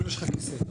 בבקשה.